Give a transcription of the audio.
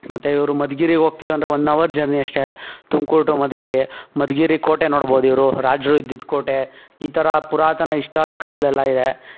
ಮತ್ತು ಇವ್ರು ಮಧುಗಿರಿ ಹೋಗ್ತೀವಂದ್ರೆ ಒನ್ ಅವರ್ ಜರ್ನಿ ಅಷ್ಟೇ ತುಮ್ಕೂರು ಟು ಮಧುಗಿರಿ ಮಧುಗಿರಿ ಕೋಟೆ ನೋಡ್ಬೋದು ಇವರು ರಾಜ್ರು ಇದ್ದಿದ್ದ ಕೋಟೆ ಈ ಥರ ಪುರಾತನ ಇಸ್ಟಾರಿಕಲ್ ಎಲ್ಲ ಇದೆ